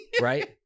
right